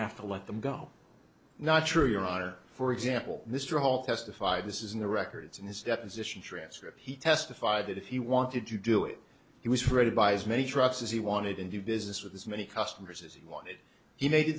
have to let them go not true your honor for example mr hall testified this is in the records in his deposition transcript he testified that if he wanted to do it he was ready by as many trucks as he wanted and do business with as many customers as he wanted he made